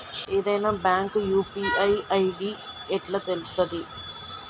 ఏదైనా bank UPI ID ఎట్లా తెలుత్తది?